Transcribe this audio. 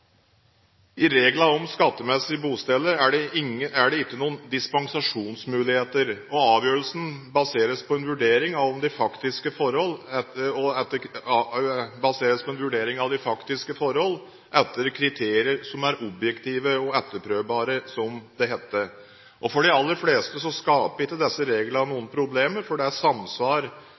I reglene om skattemessig bosted er det ingen dispensasjonsmuligheter, og avgjørelsen baseres på en vurdering av de faktiske forhold etter kriterier som er objektive og etterprøvbare, som det heter. For de aller fleste skaper ikke disse reglene noen problemer, for det er samsvar